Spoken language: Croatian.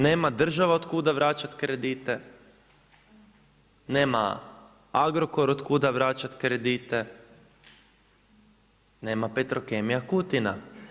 Nema država otkuda vraćati kredite, nema Agrokor otkuda vraćati kredite, nema Petrokemija Kutina.